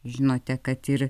žinote kad ir